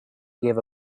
gave